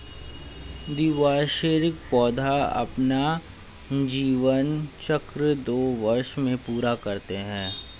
द्विवार्षिक पौधे अपना जीवन चक्र दो वर्ष में पूरा करते है